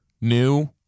new